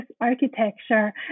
architecture